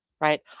right